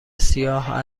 سیاه